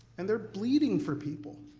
and they're bleeding for people.